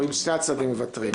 או אם שני הצדדים מוותרים.